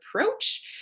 approach